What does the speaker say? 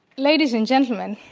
ladies and gentlemen.